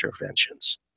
interventions